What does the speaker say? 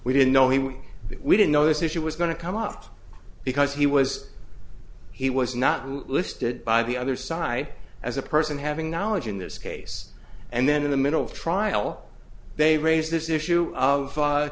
we didn't know he would be we didn't know this issue was going to come up because he was he was not listed by the other side as a person having knowledge in this case and then in the middle of trial they raise this issue of